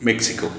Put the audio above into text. Mexico